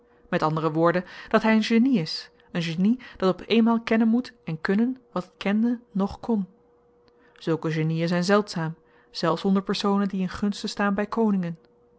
met andere woorden dat hy een genie is een genie dat op eenmaal kennen moet en kunnen wat het kende noch kon zulke genien zyn zeldzaam zelfs onder personen die in gunste staan by koningen